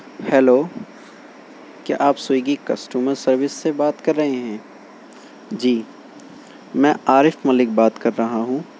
hello کیا آپ Swiggy customer service سے بات کر رہے ہیں جی میں عارف ملک بات کر رہا ہوں